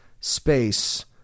space